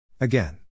Again